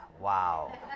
Wow